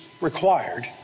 Required